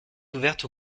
ouverte